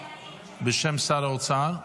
בשם שר האוצר?